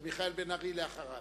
וחבר הכנסת מיכאל בן-ארי אחריו.